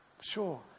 sure